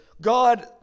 God